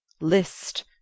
List